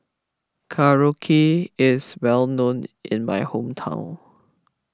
Korokke is well known in my hometown